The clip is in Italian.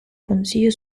consiglio